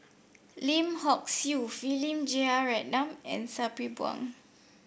Lim Hock Siew Philip Jeyaretnam and Sabri Buang